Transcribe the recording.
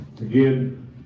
Again